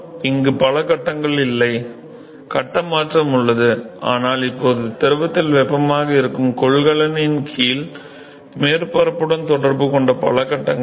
இங்கு பல கட்டங்கள் இல்லை கட்ட மாற்றம் உள்ளது ஆனால் இப்போது திரவத்தில் வெப்பமாக இருக்கும் கொள்கலனின் கீழ் மேற்பரப்புடன் தொடர்பு கொண்ட பல கட்டங்கள் இல்லை